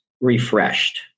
refreshed